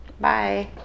bye